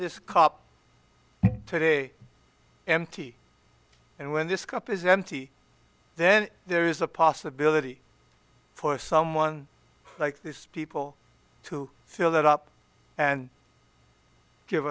this cop today empty and when this cup is empty then there is a possibility for someone like this people to fill that up and give